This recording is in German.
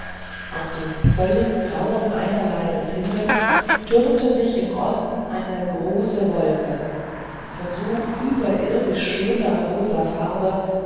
auf dem völlig grauen einerlei des himmels türmte sich im osten eine große wolke von so überirdisch schöner rosa farbe